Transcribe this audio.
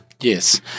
Yes